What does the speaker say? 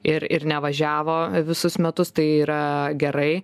ir ir nevažiavo visus metus tai yra gerai